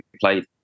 played